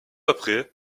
après